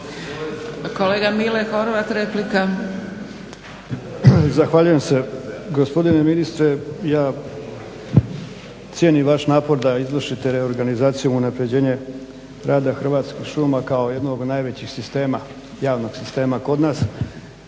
Kolega Mile Horvat replika.